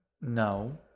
No